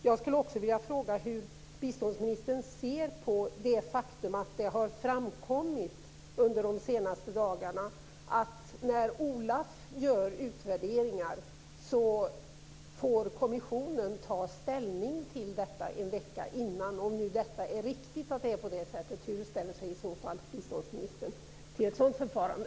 Jag vill också fråga hur biståndsministern ser på det faktum att det har framkommit under de senaste dagarna att när OLAF gör utvärderingar får kommissionen ta ställning till detta en vecka innan. Är det riktigt att det är på det sättet? Hur ställer sig biståndsministern till ett sådant förfarande?